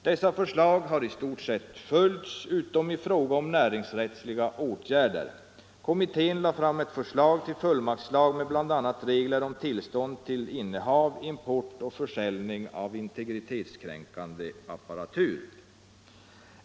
De förslagen har i stort sett följts, utom i fråga om näringsrättsliga åtgärder. Kommittén lade fram ett förslag till fullmaktslag med bl.a. regler om tillstånd för innehav, import och försäljning av integritetskränkande apparatur.